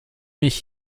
mich